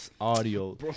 audio